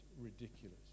ridiculous